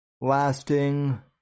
lasting